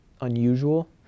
unusual